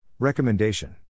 Recommendation